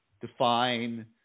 define